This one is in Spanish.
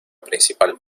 principal